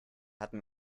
hatten